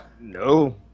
No